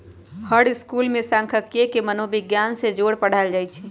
हर school में सांखियिकी के मनोविग्यान से जोड़ पढ़ायल जाई छई